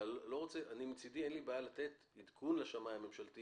אין לי בעיה לתת עדכון לשמאי הממשלתי